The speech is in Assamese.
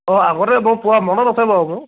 অঁ আগতে মই পোৱা মনত আছেতে বাৰু বাৰু মোৰ